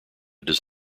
does